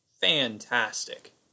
fantastic